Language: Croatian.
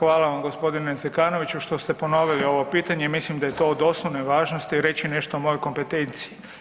Hvala vam, g. Zekanović što ste ponovili ovo pitanje i mislim da je to od osnovne važnosti reći nešto o mojoj kompetenciji.